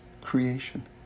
creation